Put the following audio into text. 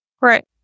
Right